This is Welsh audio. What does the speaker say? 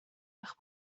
eich